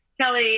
Kelly